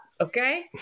okay